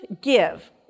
give